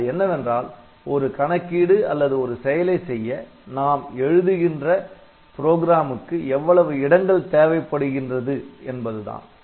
அது என்னவென்றால் ஒரு கணக்கீடு அல்லது ஒரு செயலை செய்ய நாம் எழுதுகின்ற நிரலுக்கு எவ்வளவு இடங்கள் தேவைப்படுகின்றது என்பதுதான்